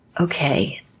okay